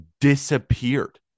disappeared